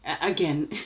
again